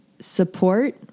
support